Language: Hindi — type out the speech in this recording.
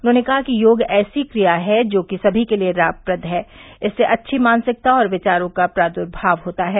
उन्होंने कहा कि योग ऐसी क्रिया है जो कि समी के लिए लामप्रद है इससे अच्छी मानसिकता और विचारों का प्रार्दुमाव होता है